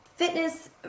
Fitness